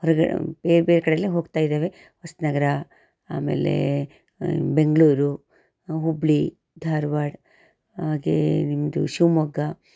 ಹೊರ್ಗೆ ಬೇರ್ಬೇರೆ ಕಡೆಯೆಲ್ಲ ಹೋಗ್ತಾ ಇದ್ದಾವೆ ಹೊಸನಗರ ಆಮೇಲೆ ಬೆಂಗಳೂರು ಹುಬ್ಬಳ್ಳಿ ಧಾರ್ವಾಡ ಹಾಗೇ ನಿಮ್ಮದು ಶಿವಮೊಗ್ಗ